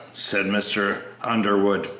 said mr. underwood,